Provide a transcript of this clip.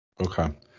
Okay